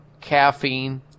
caffeine